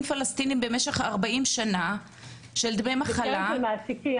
פלסטינים במשך 40 שנה של דמי מחלה --- זה קרן של מעסיקים,